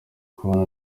kubana